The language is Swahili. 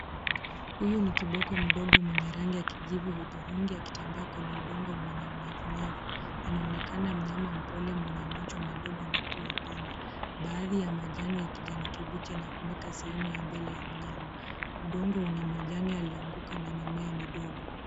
Huyu ni kiboko mdogo mwenye rangi ya kijivu hudhurungi akitembea kwenye udongo wenye unyevunyevu. Anaonekana mnyama mpole mwenye macho madogo na pua pana. Baadhi ya majani ya kijani kibichi yanafunika sehemu ya mbele ya mnyama. Udongo una majani yaliyoanguka na mimea midogo.